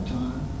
time